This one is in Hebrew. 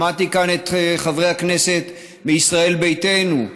שמעתי כאן את חברי הכנסת מישראל ביתנו,